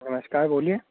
नमस्कार बोलिये